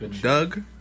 Doug